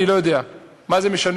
אני לא יודע, מה זה משנה.